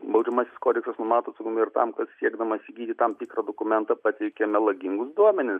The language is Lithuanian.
baudžiamasis kodeksas numato atsakomybę ir tam kas siekdamas įgyti tam tikrą dokumentą pateikė melagingus duomenis